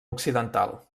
occidental